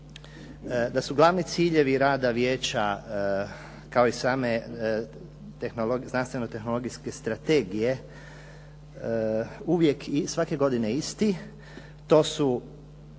da su glavni ciljevi rada vijeća kao i same znanstveno-tehnologijske strategije uvijek i svake godine isti to su